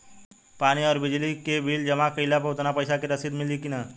पानी आउरबिजली के बिल जमा कईला पर उतना पईसा के रसिद मिली की न?